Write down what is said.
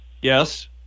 Yes